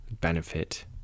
benefit